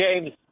James